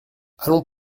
allons